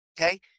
Okay